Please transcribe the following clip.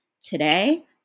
Today